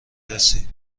رسی